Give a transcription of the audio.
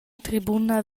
tribuna